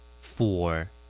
Four